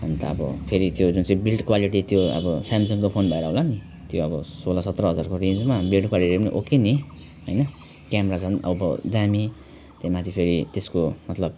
अनि त अब फेरि त्यो जुन चाहिँ बिल्ट क्वालिटी त्यो अब स्याम्सङको फोन भएर होला नि त्यो अब सोह्र सत्र हजारको रेन्जमा बिल्ट क्वालिटी पनि ओके नि हैन क्यामेरा झन् अब दामी त्यहीँमाथि फेरि त्यसको मतलब